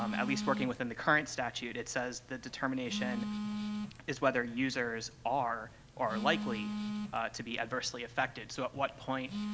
um at least working within the current statute, it says that the determination is whether users are or are likely to be adversely affected. so at what point